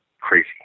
crazy